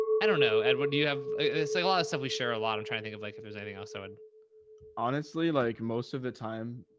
i don't know. edward, do you have say a lot of stuff? we share a lot. i'm trying to think of like, if there's anything else i would honestly like most of the time,